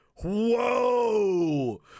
Whoa